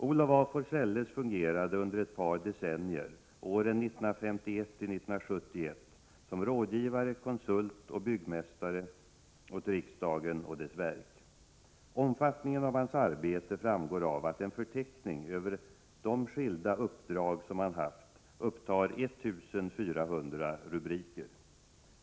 Olof af Forselles fungerade under ett par decennier, åren 1951 till 1971, som rådgivare, konsult och byggmästare åt riksdagen och dess verk. Omfattningen av hans arbete framgår av att en förteckning över de skilda uppdrag som han haft upptar 1400 rubriker.